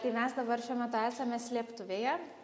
tai mes dabar šiuo metu esame slėptuvėje